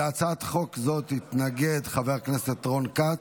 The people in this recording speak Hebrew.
להצעת חוק זאת התנגד חבר הכנסת רון כץ.